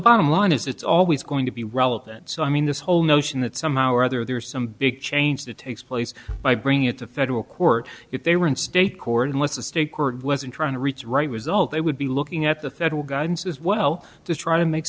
bottom line is it's always going to be relevant so i mean this whole notion that somehow or other there's some big change that takes place by bring it to federal court if they were in state court unless a state court wasn't trying to reach right result they would be looking at the federal guidance as well to try to make